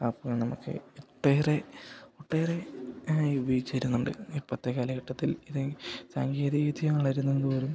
ആപ്പുകൾ നമുക്ക് ഒട്ടേറെ ഒട്ടേറെ ഉപയോഗിച്ച് വരുന്നുണ്ട് ഇപ്പത്തെ കാലഘട്ടത്തിൽ ഇത് സാങ്കേതിക വിദ്യ വളരുന്നത് തോറും